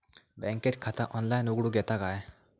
बँकेत खाता ऑनलाइन उघडूक येता काय?